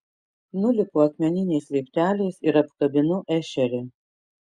nulipu akmeniniais laipteliais ir apkabinu ešerį